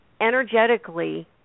energetically